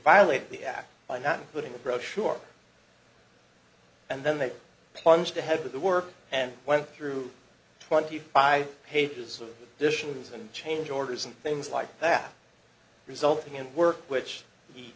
violate the act by not including the brochure and then they plunged ahead with the work and went through twenty five pages of dishes and change orders and things like that resulting in work which the